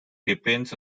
depends